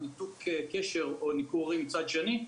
ניתוק קשר או ניכור הורי מצד שני,